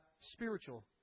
spiritual